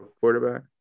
quarterback